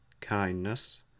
Kindness